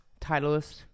Titleist